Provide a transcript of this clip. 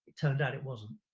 turned out it wasn't.